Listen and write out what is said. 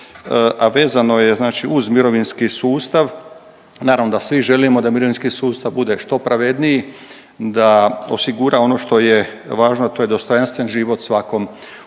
a vezano je znači uz mirovinski sustav, naravno da svi želimo da mirovinski sustav bude što pravedniji, da osigura ono što je važno, a to je dostojanstven život svakom